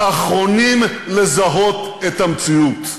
האחרונים לזהות את המציאות.